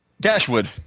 Dashwood